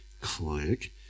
click